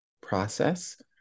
process